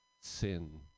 Sin